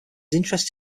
interested